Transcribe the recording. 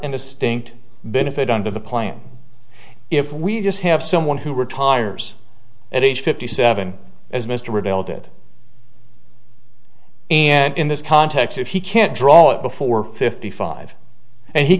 distinct benefit under the plan if we just have someone who retires at age fifty seven as mr rebel did and in this context if he can't draw it before fifty five and he